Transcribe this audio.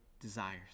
desires